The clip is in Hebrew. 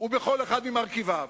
ובכל אחד ממרכיביו,